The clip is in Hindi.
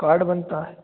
कार्ड बनता है